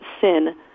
sin